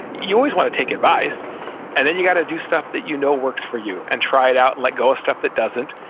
you always want to take advice and then you got to do stuff that you know works for you and try it out and let go of ah stuff that doesn't.